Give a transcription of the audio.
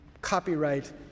copyright